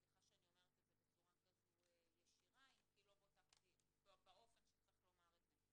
סליחה שאני אומרת את זה בצורה כזו ישירה אם כי לא בוטה כמו שיש לאומרה.